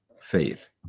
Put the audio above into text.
faith